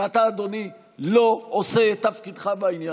ואתה, אדוני, לא עושה את תפקידך בעניין הזה.